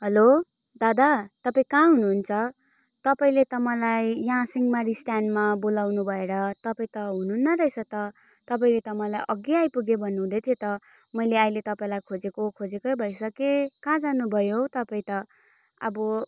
hello दादा तपाईँ कहाँ हुनुहुन्छ तपाईँले त मलाई यहाँ सिङमारी स्ट्यान्डमा बोलाउनु भएर तपाईँ त हुनुहुन्न रहेछ त तपाईँ त मलाई अघि आइपुगे भन्नु हुँदै थियो त मैले अहिले तपाईँलाई खोजेको खोजेकै भइसके कहाँ जानु भयो हौ तपाईँ त अब